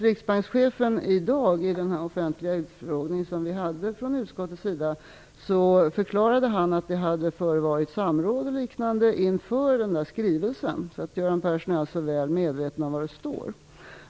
Riksbankschefen förklarade i dag i den offentliga utfrågning som utskottet anordnade att det hade förevarit samråd och liknande inför skrivelsen. Göran Persson är alltså väl medveten om vad där står.